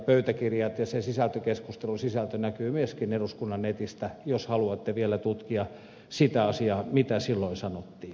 pöytäkirjat ja sen keskustelun sisältö näkyvät myöskin eduskunnan netistä jos haluatte vielä tutkia sitä asiaa mitä silloin sanottiin